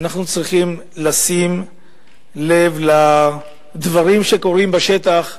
אנחנו צריכים לשים לב לדברים שקורים בשטח.